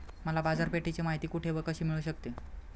मला बाजारपेठेची माहिती कुठे व कशी मिळू शकते?